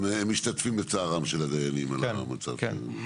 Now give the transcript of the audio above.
הם משתתפים בצערם של הדיינים על המצב שם.